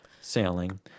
sailing